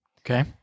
Okay